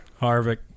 Harvick